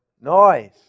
noise